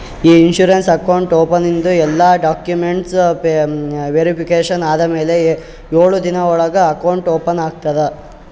E insurance account ಓಪನಿಂಗ್ದು ಎಲ್ಲಾ documents verification ಆದಮ್ಯಾಲ ಎಳು ದಿನದ ಒಳಗ ಅಕೌಂಟ್ ಓಪನ್ ಆಗ್ತದ